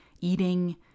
eating